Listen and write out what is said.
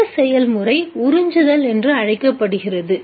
இந்த செயல்முறை உறிஞ்சுதல் என்று அழைக்கப்படுகிறது